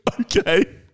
okay